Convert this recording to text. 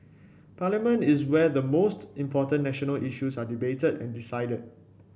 parliament is where the most important national issues are debated and decided